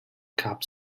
cup